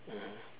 mmhmm